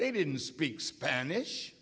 they didn't speak spanish